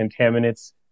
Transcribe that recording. contaminants